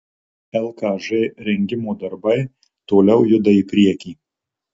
lkž rengimo darbai toliau juda į priekį